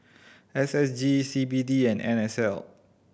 S S G C B D and N S L